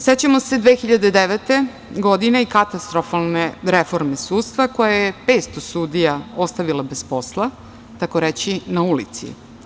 Sećamo se 2009. godine i katastrofalne reforme sudstva koja je 500 sudija ostavila bez posla, takoreći na ulici.